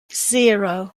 zero